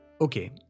Okay